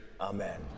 Amen